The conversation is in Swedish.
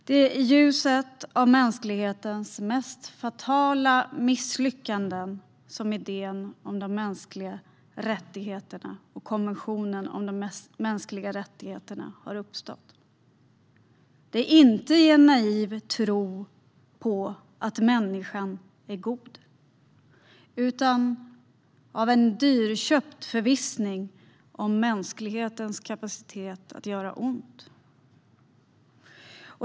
Det är i ljuset av mänsklighetens mest fatala misslyckanden som idén om de mänskliga rättigheterna och konventionen om de mänskliga rättigheterna har uppstått. Det är inte i en naiv tro på att människan är god utan utifrån en dyrköpt förvissning om mänsklighetens kapacitet att göra ont.